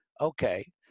Okay